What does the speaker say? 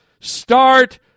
start